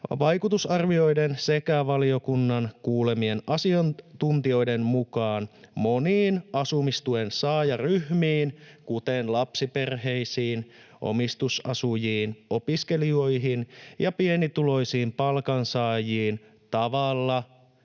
vaikutusarvioiden sekä valiokunnan kuulemien asiantuntijoiden mukaan moniin asumistuen saajaryhmiin, kuten lapsiperheisiin, omistusasujiin, opiskelijoihin ja pienituloisiin palkansaajiin tavalla,